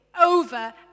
over